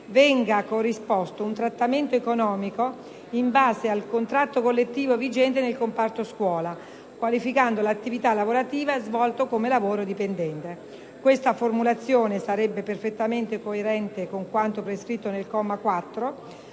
venga corrisposto un trattamento economico in base al contratto collettivo vigente nel comparto scuola, qualificando l'attività lavorativa svolta come lavoro dipendente. Questa formulazione sarebbe perfettamente coerente con quanto prescritto nel comma 4